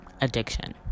addiction